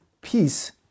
peace